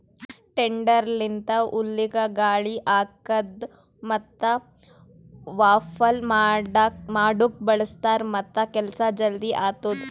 tedder ಲಿಂತ ಹುಲ್ಲಿಗ ಗಾಳಿ ಹಾಕದ್ ಮತ್ತ ವಾಫಲ್ ಮಾಡುಕ್ ಬಳ್ಸತಾರ್ ಮತ್ತ ಕೆಲಸ ಜಲ್ದಿ ಆತ್ತುದ್